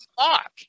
talk